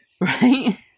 Right